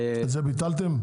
את זה ביטלתם?